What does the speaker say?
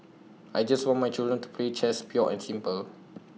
I just want my children to play chess pure and simple